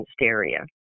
area